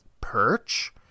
perch